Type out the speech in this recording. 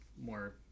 more